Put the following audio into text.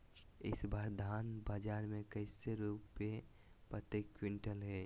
इस बार धान बाजार मे कैसे रुपए प्रति क्विंटल है?